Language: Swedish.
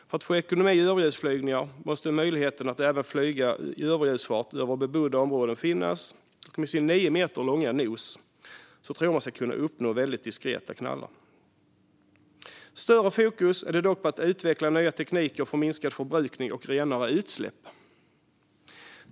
För att få ekonomi i överljudsflygningar måste möjligheten att även flyga i överljudsfart över bebodda områden finnas, och med den nio meter långa nosen på planet tror man sig kunna uppnå väldigt diskreta knallar. Större fokus är det dock på att utveckla nya tekniker för minskad förbrukning och renare utsläpp.